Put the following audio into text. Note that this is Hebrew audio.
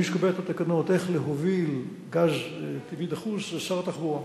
מי שקובע את התקנות איך להוביל גז טבעי דחוס הוא שר התחבורה.